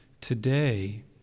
today